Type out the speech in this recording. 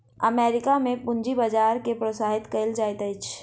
America में पूंजी बजार के प्रोत्साहित कयल जाइत अछि